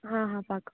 હા હા પાક્કું